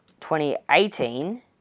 2018